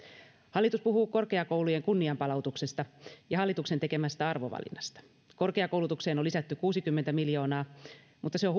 hallitus puhuu korkeakoulujen kunnianpalautuksesta ja hallituksen tekemästä arvovalinnasta korkeakoulutukseen on lisätty kuusikymmentä miljoonaa mutta se on